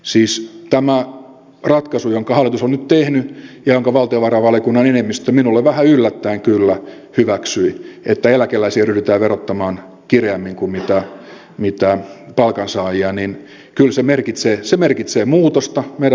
siis tämä ratkaisu jonka hallitus on nyt tehnyt ja jonka valtiovarainvaliokunnan enemmistö minulle vähän yllättäen kyllä hyväksyi että eläkeläisiä ryhdytään verottamaan kireämmin kuin palkansaajia kyllä merkitsee muutosta meidän verolinjaan